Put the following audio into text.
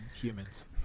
humans